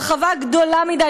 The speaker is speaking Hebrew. הרחבה גדולה מדי.